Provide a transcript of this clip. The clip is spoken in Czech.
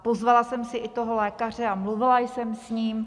Pozvala jsem si i toho lékaře a mluvila jsem s ním.